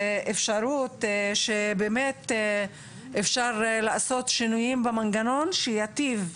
אפשרות שבאמת אפשר לעשות שינויים במנגנון שייטיב?